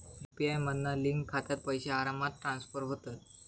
UPI मधना link खात्यात पैशे आरामात ट्रांसफर होतत